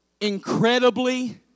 incredibly